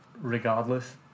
regardless